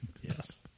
Yes